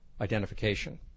identification